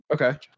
Okay